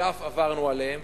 ואף עברנו עליהם.